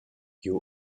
you